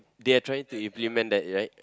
they are trying to implement that right